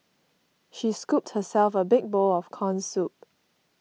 she scooped herself a big bowl of Corn Soup